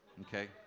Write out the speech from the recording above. okay